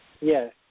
Yes